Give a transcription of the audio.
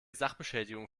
sachbeschädigung